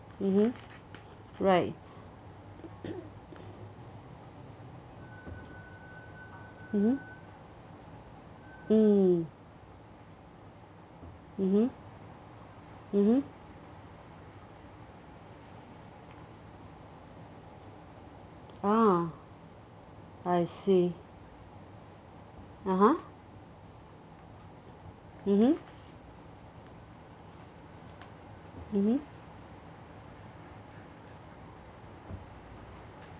mmhmm right mmhmm mm mmhmm mmhmm ah I see (uh huh) mmhmm mmhmm